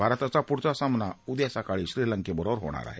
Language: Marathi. भारताचा पुढचा सामना उद्या सकाळी श्रीलंकेबरोबर होणार आहे